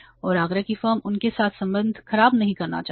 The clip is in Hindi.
और आगरा की फर्म उनके साथ संबंध खराब नहीं करना चाहती